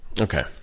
Okay